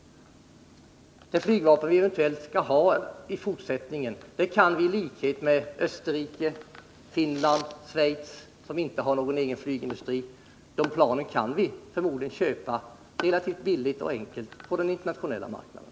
De flygplan vi eventuellt skall ha i fortsättningen kan vi i likhet med Österrike, Finland och Schweiz, som inte har någon egen flygindustri, förmodligen köpa relativt billigt och enkelt på den internationella marknaden.